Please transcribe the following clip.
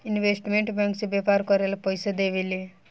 investment bank से व्यापार करेला पइसा देवेले